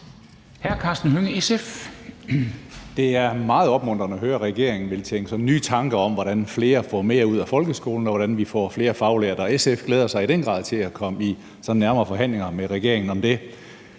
Det er meget opmuntrende at høre, at regeringen vil tænke nye tanker om, hvordan flere får mere ud af folkeskolen, og hvordan vi får flere faglærte, og SF glæder sig i den grad til at komme ind i nærmere forhandlinger med regeringen om det.